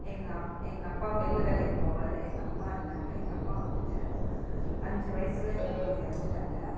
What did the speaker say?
எங்கள் அப் எங்கள் அப்பா மில்லு வேலைக்கு போவார் எங்கள் அம்மா இருந்தாங்க எங்கள் அம்மா வந்துட்டு அஞ்சு வயசுல எங்கள் அம்மா இறந்துட்டாங்க